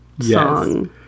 song